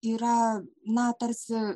yra na tarsi